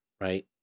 right